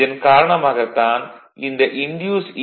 இதன் காரணமாகத் தான் இந்த இன்டியூஸ்ட் ஈ